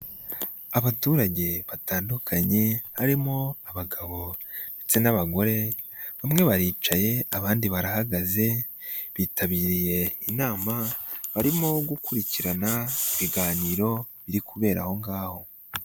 Abaturage batandukanye harimo abagabo ndetse n'abagore, bamwe baricaye abandi barahagaze, bitabiriye inama, barimo gukurikirana ibiganiro biri kubera aho ngaho.